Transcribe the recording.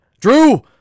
Drew